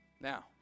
Now